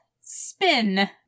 Spin